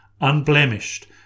unblemished